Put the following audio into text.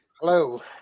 Hello